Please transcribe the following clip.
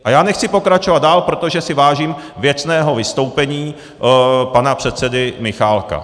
A já nechci pokračovat dál, protože si vážím věcného vystoupení pana předsedy Michálka.